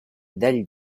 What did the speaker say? del